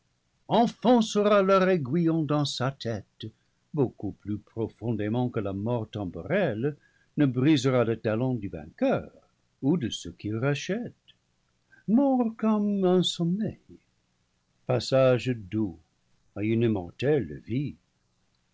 enfoncera leur aiguillon dans sa tête beaucoup plus profondé ment que la mort temporelle ne brisera le talon du vainqueur ou de ceux qu'il rachète mort comme un sommeil passage doux à une immortelle vie